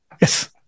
Yes